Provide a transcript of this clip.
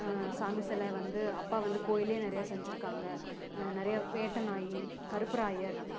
சாமி செலை வந்து அப்பா வந்து கோவில்லயே நிறையா செஞ்சுருக்காங்க நிறையா வேட்டை நாய் கருப்பராயர்